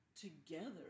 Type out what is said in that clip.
together